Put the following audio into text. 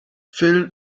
fill